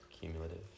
cumulative